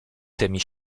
tymi